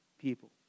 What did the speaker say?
people